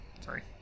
Sorry